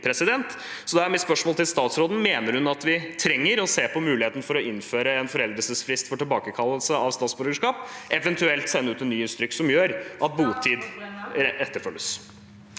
Så da er mitt spørsmål til statsråden: Mener hun at vi trenger å se på muligheten for å innføre en foreldelsesfrist for tilbakekallelse av statsborgerskap, eventuelt sende ut en ny instruks som gjør at botid vektlegges?